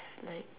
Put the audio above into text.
like